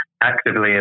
actively